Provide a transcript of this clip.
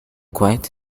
quiet